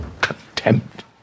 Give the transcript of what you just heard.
contempt